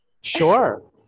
Sure